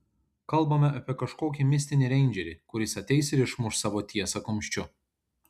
kalbame apie kažkokį mistinį reindžerį kuris ateis ir išmuš savo tiesą kumščiu